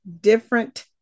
different